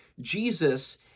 Jesus